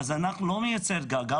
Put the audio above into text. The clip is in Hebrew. אז אנחנו לא נייצר גל,